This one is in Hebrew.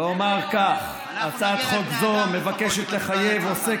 ואומר כך: הצעת חוק זאת מבקשת לחייב עוסק